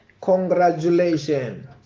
Congratulations